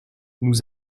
nous